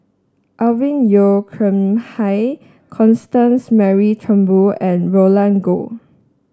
Alvin Yeo Khirn Hai Constance Mary Turnbull and Roland Goh